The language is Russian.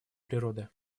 природы